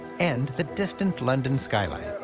and the distant london skyline.